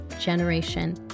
generation